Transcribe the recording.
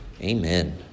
Amen